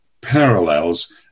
parallels